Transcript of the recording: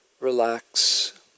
relax